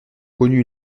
connu